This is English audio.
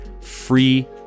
free